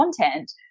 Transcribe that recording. content